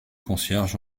concierge